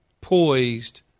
poised